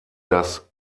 das